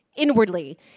inwardly